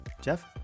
Jeff